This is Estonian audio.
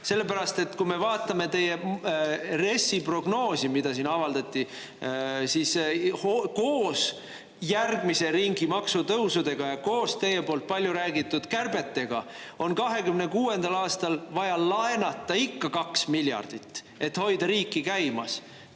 laenamist. Kui me vaatame teie RES-i prognoosi, mis siin avaldati, koos järgmise ringi maksutõusudega ja koos teie paljuräägitud kärbetega, siis on 2026. aastal vaja laenata ikka 2 miljardit, et hoida riiki käimas.